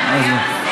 לענות,